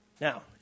Now